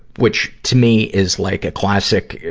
which, to me, is like a classic,